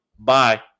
Bye